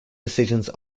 decisions